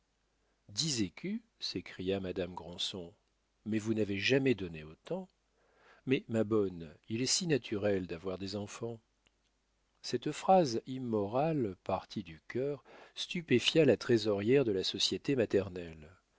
dix écus s'écria madame granson mais vous n'avez jamais donné autant mais ma bonne il est si naturel d'avoir des enfants cette phrase immorale partie du cœur stupéfia la trésorière de la société maternelle